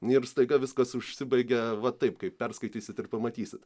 ir staiga viskas užsibaigia va taip kai perskaitysit ir pamatysit